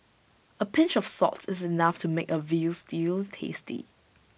A pinch of salt is enough to make A Veal Stew tasty